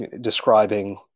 describing